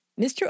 Mr